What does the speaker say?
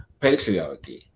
patriarchy